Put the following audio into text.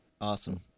Awesome